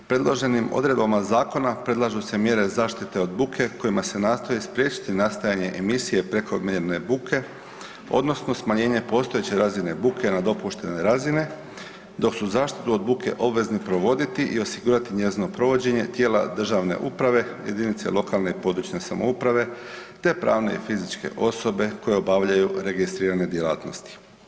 Predloženim odredbama zakona predlažu se mjere zaštite od buke kojima se nastoji spriječiti nastajanje emisije prekomjerne buke odnosno smanjenje postojeće razine buke na dopuštene razine dok su zaštitu od buke obvezni provoditi i osigurati njezino provođenje tijela državne uprave, jedinice lokalne i područne samouprave te pravne i fizičke osobe koje obavljaju registrirane djelatnosti.